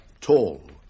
tall